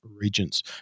regions